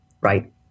right